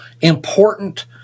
important